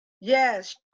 Yes